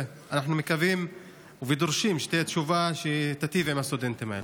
ואנחנו מקווים ודורשים שתהיה תשובה שתיטיב עם הסטודנטים האלה.